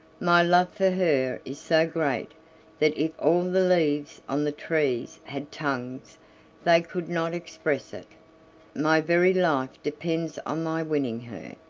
my love for her is so great that if all the leaves on the trees had tongues they could not express it my very life depends on my winning her.